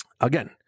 again